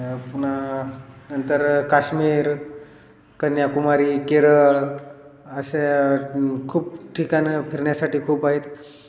पुन्हा नंतर काश्मीर कन्याकुमारी केरळ असे खूप ठिकाणं फिरण्यासाठी खूप आहेत